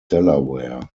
delaware